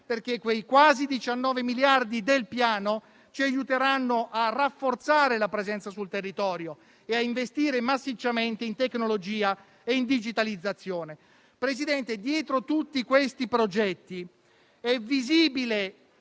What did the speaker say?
perché quei quasi 19 miliardi del Piano ci aiuteranno a rafforzare la presenza sul territorio e a investire massicciamente in tecnologia e in digitalizzazione. Signor Presidente del Consiglio, dietro tutti questi progetti è visibile